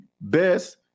Best